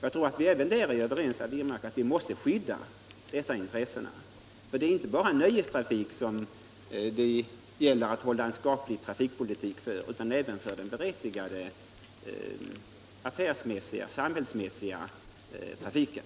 Jag tror att vi även där är överens, herr Wirmark, om att vi måste skydda dessa intressen. Det är inte bara för nöjestrafiken som det gäller att ha en skaplig trafikpolitik, utan det gäller även för den berättigade affärsmässiga och samhällsmässiga trafiken.